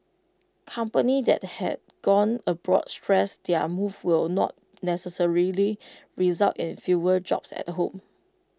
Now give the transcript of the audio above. companies that have gone abroad stressed their move will not necessarily result in fewer jobs at home